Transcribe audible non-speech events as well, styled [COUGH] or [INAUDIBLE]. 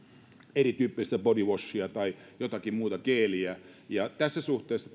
erityyppistä body washia tai jotakin muuta geeliä tässä suhteessa [UNINTELLIGIBLE]